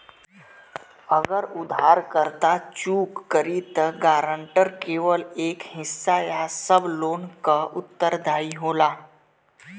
अगर उधारकर्ता चूक करि त गारंटर केवल एक हिस्सा या सब लोन क उत्तरदायी होला